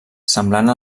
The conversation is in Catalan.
semblant